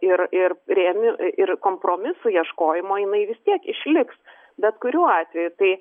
ir ir rė ir kompromisų ieškojimo jinai vis tiek išliks bet kuriuo atveju tai